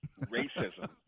racism